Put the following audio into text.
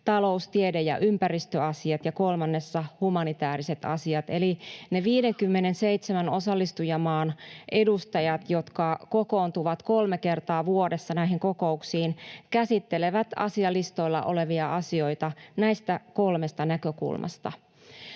talous‑, tiede‑ ja ympäristöasiat ja kolmannessa humanitääriset asiat, eli ne 57 osallistujamaan edustajat, jotka kokoontuvat kolme kertaa vuodessa näihin kokouksiin, käsittelevät asialistoilla olevia asioita näistä kolmesta näkökulmasta.